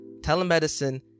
telemedicine